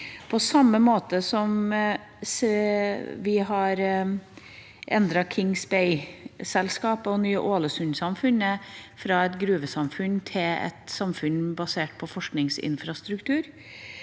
På samme måte som vi har endret Kings Bay-selskapet og Ny-Ålesund-samfunnet fra et gruvesamfunn til et samfunn basert på forskningsinfrastruktur,